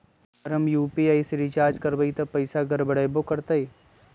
अगर हम यू.पी.आई से रिचार्ज करबै त पैसा गड़बड़ाई वो करतई?